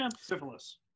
syphilis